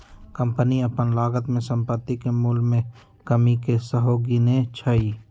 company अप्पन लागत में सम्पति के मोल में कमि के सेहो गिनै छइ